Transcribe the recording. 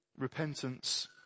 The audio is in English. repentance